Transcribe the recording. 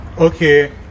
Okay